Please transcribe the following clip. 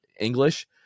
English